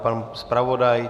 Pan zpravodaj?